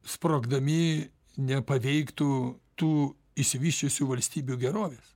sprogdami nepaveiktų tų išsivysčiusių valstybių gerovės